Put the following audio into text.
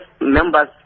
members